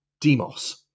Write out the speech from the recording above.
Demos